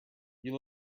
you